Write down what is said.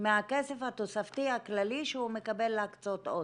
מהכסף התוספתי הכללי שהוא מקבל להקצות עוד,